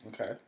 okay